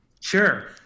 Sure